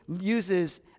uses